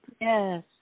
Yes